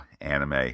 Anime